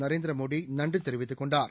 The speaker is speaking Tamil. நரேந்திரமோடி நன்றி தெரிவித்துக் கொண்டார்